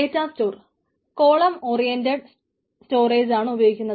data store column oriented സ്റ്റോറേജാണ് ഉപയോഗിക്കുന്നത്